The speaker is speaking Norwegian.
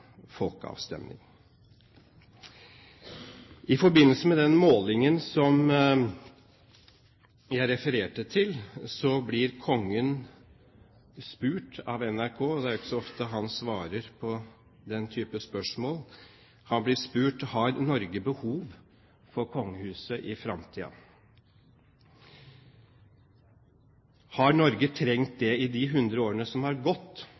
I forbindelse med den målingen som jeg refererte til, blir kongen spurt av NRK – og det er ikke så ofte han svarer på den type spørsmål – om Norge har behov for kongehuset i fremtiden. «Har Norge trengt det i de hundre årene som har gått?»